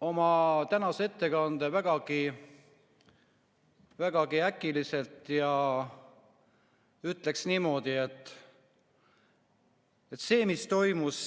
oma tänase ettekande vägagi äkiliselt ja ütleksin niimoodi, et see, mis toimus